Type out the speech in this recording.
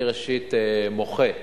אני, ראשית, מוחה,